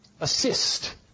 assist